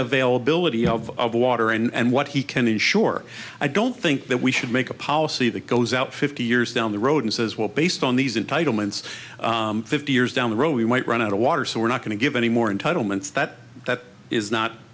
availability of water and what he can ensure i don't think that we should make a policy that goes out fifty years down the road and says well based on these entitlements fifty years down the road we might run out of water so we're not going to give any more in total months that that is not